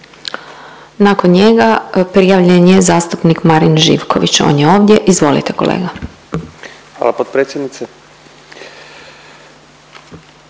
Nakon njega prijavljen je zastupnik Marin Živković, on je ovdje, izvolite kolega. **Živković,